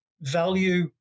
value